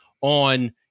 on